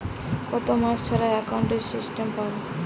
কয় মাস ছাড়া একাউন্টে স্টেটমেন্ট পাব?